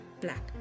black